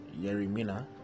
Yerimina